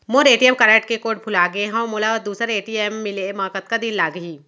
मोर ATM card के code भुला गे हव, मोला दूसर ए.टी.एम मिले म कतका दिन लागही?